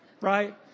right